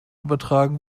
übertragen